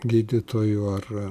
gydytojų ar